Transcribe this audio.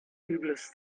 übles